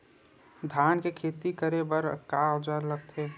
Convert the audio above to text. धान के खेती करे बर का औजार लगथे?